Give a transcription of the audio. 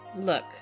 Look